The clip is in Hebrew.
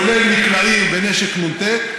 כולל מקלעים ונשק נ"ט,